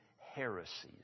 heresies